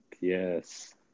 yes